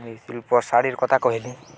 ଏଇ ଶାଢ଼ୀର୍ କଥା କହିଲି